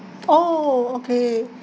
oh okay